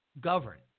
govern